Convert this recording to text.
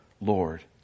Lord